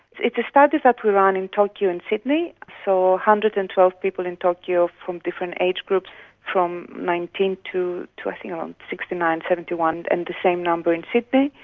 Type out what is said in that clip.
it's a study that we ran in tokyo and sydney, so one hundred and twelve people in tokyo from different age groups from nineteen to to i think around sixty nine, seventy one and the same number in sydney.